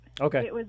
Okay